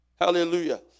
Hallelujah